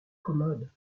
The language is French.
commode